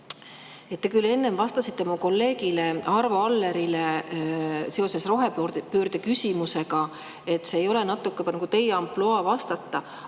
Te küll enne vastasite mu kolleegile Arvo Allerile seoses rohepöörde küsimusega, et see ei ole teie ampluaa. Aga